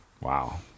Wow